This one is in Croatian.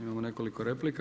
Imamo nekoliko replika.